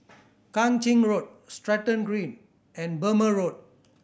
Kang Ching Road Stratton Green and Burmah Road